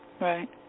Right